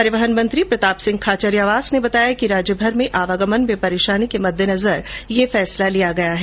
परिवहन मंत्री प्रताप सिंह खाचरियावास ने बताया कि राज्यभर में आवागमन में परेशानी के मद्देनजर यह निर्णय किया गया है